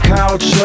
couch